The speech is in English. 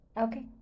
Okay